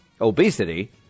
Obesity